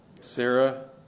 Sarah